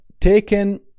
taken